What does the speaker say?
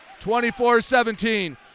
24-17